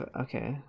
okay